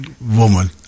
woman